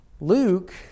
Luke